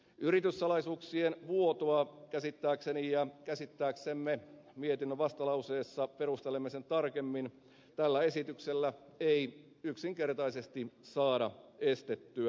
yrityssalaisuuksien vuotoa käsittääkseni ja käsittääksemme mietinnön vastalauseessa perustelemme sen tarkemmin tällä esityksellä ei yksinkertaisesti saada estettyä